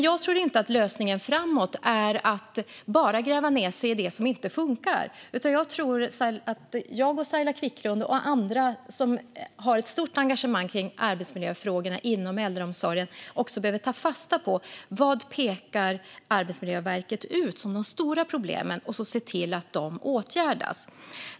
Jag tror inte att lösningen framåt är att bara gräva ned sig i det som inte funkar. Jag, Saila Quicklund och andra som har ett stort engagemang i arbetsmiljöfrågorna inom äldreomsorgen behöver ta fasta på vad Arbetsmiljöverket pekar ut som de stora problemen och se till att de åtgärdas.